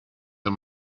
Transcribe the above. and